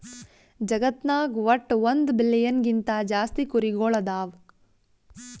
ಜಗತ್ನಾಗ್ ವಟ್ಟ್ ಒಂದ್ ಬಿಲಿಯನ್ ಗಿಂತಾ ಜಾಸ್ತಿ ಕುರಿಗೊಳ್ ಅದಾವ್